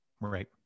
Right